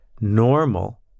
normal